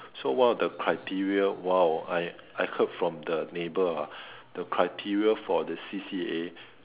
so one of the criteria !wow! I I heard from the neighbor ah the criteria for the C_C_A